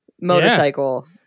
motorcycle